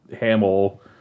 hamill